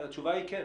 התשובה היא: כן.